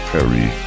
Perry